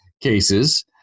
cases